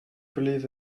believe